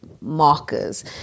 markers